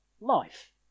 life